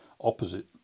opposite